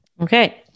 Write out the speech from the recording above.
Okay